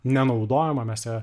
nenaudojamą mes ją